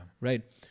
Right